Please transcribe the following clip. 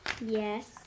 Yes